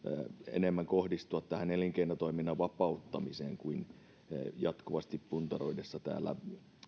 enemmän kohdistua tähän elinkeinotoiminnan vapauttamiseen sen sijaan että jatkuvasti puntaroidaan täällä